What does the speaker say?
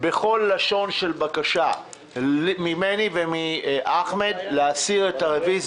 ומאחמד טיבי בכל לשון של בקשה להסיר את הרביזיה.